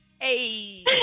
Hey